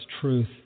truth